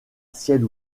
ciel